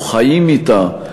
או חיים אתה,